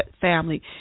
family